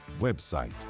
website